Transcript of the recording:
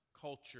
culture